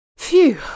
Phew